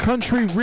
Country